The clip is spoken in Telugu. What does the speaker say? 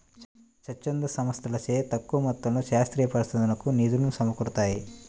స్వచ్ఛంద సంస్థలచే తక్కువ మొత్తంలో శాస్త్రీయ పరిశోధనకు నిధులు సమకూరుతాయి